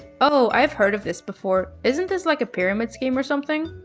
oh i've heard of this before. isn't this like a pyramid scheme or something?